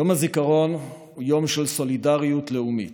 יום הזיכרון הוא יום של סולידריות לאומית.